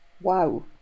wow